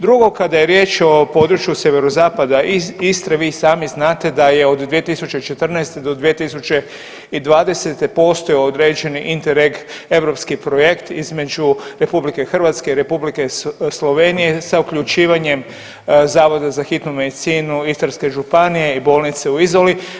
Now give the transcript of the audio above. Drugo kada je riječ o području sjeverozapada Istre, vi sami znate da je od 2014. do 2020. postojao određeni INTERREG europski projekt između Republike Hrvatske i Republike Slovenije sa uključivanjem Zavoda za hitnu medicinu Istarske županije i bolnice u Izoli.